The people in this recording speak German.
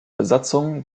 besatzung